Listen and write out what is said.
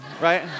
right